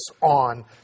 on